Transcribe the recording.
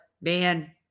man